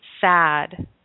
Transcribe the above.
sad